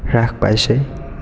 হ্ৰাস পাইছে